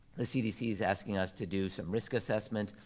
the cdc's asking us to do some risk assessment,